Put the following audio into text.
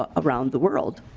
ah around the world.